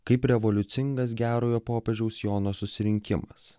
kaip revoliucingas gerojo popiežiaus jono susirinkimas